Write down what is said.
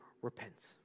repents